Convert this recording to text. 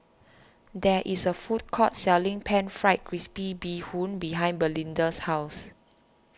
there is a food court selling Pan Fried Crispy Bee Hoon behind Belinda's house